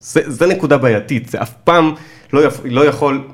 זה נקודה בעייתית, זה אף פעם לא יכול...